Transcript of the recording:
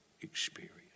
experience